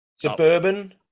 Suburban